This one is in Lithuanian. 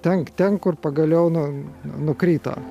ten ten kur pagaliau nu nukrito